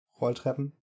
Rolltreppen